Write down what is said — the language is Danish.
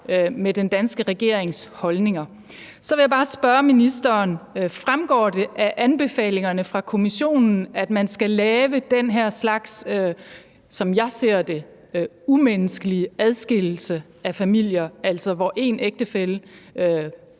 med den danske regerings holdninger. Så vil jeg bare spørge ministeren: Fremgår det af anbefalingerne fra Kommissionen, at man skal lave den her slags, som jeg ser det, umenneskelig adskillelse af familier, altså hvor en person,